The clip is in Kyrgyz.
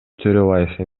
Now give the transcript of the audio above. төрөбаев